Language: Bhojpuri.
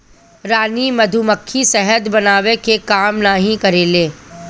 रानी मधुमक्खी शहद बनावे के काम नाही करेले